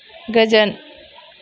गोजोन